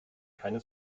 keine